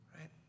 right